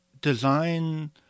design